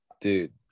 dude